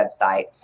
website